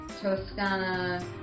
Toscana